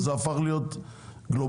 זה הפך להיות גלובלי.